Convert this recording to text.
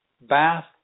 Bath